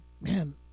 Man